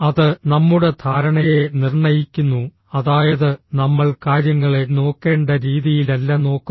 അത് നമ്മുടെ ധാരണയെ നിർണ്ണയിക്കുന്നു അതായത് നമ്മൾ കാര്യങ്ങളെ നോക്കേണ്ട രീതിയിലല്ല നോക്കുന്നത്